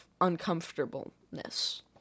uncomfortableness